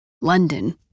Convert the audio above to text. London